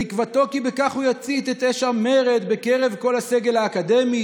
ותקוותו שבכך הוא "יצית את אש המרד בקרב כל הסגל האקדמי,